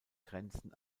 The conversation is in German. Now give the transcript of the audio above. grenzen